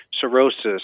cirrhosis